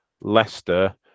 Leicester